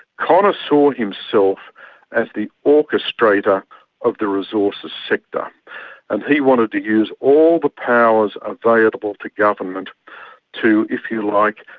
connor saw himself as the orchestrator of the resources sector and he wanted to use all the powers available to government to, if you like,